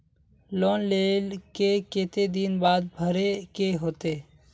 Loan लेल के केते दिन बाद भरे के होते?